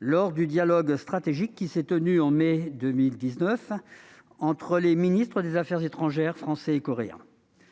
lors du dialogue stratégique qui s'est déroulé en mai 2019 entre les ministres des affaires étrangères français et coréen.